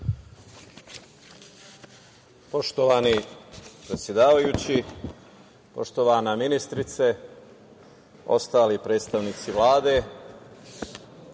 Poštovani predsedavajući, poštovana ministrice, ostali predstavnici Vlade,